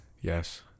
Yes